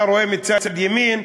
אתה רואה מצד ימין,